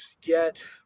get